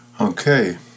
Okay